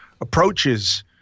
approaches